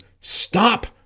stop